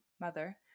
mother